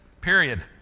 Period